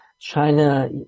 China